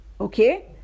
okay